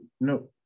No